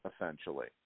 essentially